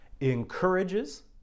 encourages